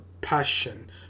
passion